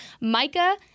Micah